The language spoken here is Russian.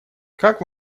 как